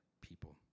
people